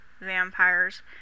vampires